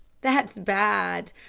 that's bad.